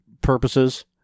purposes